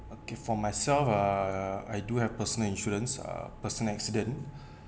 okay for myself ah I do have personal insurance uh person accident